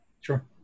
Sure